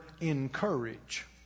encourage